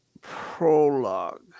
prologue